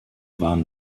waren